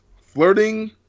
flirting